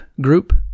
group